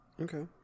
okay